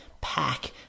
pack